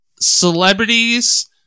celebrities